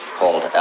called